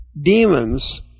demons